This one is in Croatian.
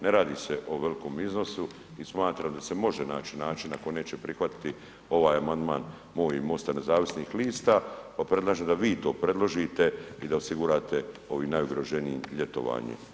Ne radi se o velikom iznosu i smatram da se može naći načina ako neće prihvatiti ovaj amandman moj i MOST-a nezavisnih lista, pa predlažem da vi to predložite i da osigurate ovim najugroženijim ljetovanje.